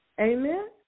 Amen